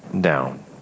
down